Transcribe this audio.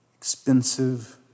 Expensive